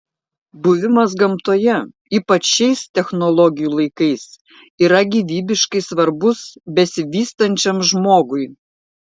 buvimas gamtoje ypač šiais technologijų laikais yra gyvybiškai svarbus besivystančiam žmogui